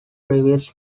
reviews